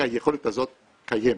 היכולת הזאת קיימת,